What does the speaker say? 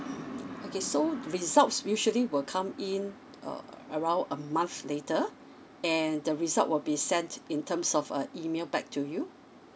okay results usually will come in err around a month later and the result will be sent in terms of uh email back to you